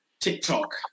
TikTok